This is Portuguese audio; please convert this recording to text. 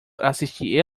assistir